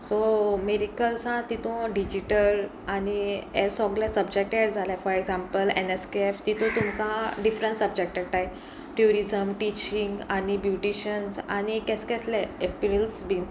so मिरिकल्सां तितू digital आनी एर सगले सबजेक्ट एड जाले for example N S K F तितू तुमकां डिफरंट सब्जेक्टटाय ट्युरिजम टिचीशींग आनी ब्युटिशन्स आनी कस कसले एपिल्स बीन